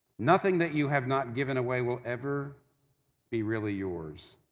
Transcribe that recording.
nothing that you have not given away will ever be really yours.